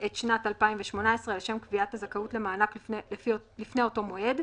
את שנת 2018 לשם קביעת הזכאות למענק לפני אותו מועד,